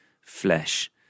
flesh